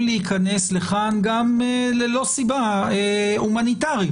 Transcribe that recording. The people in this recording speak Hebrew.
להיכנס לכאן גם ללא סיבה הומניטרית,